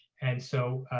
and so,